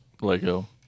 Lego